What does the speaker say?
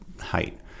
height